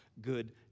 good